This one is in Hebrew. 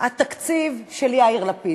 התקציב של יאיר לפיד.